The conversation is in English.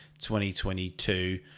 2022